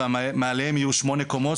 ומעליהם יהיו שמונה קומות.